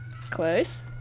Close